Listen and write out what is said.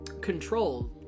Control